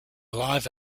live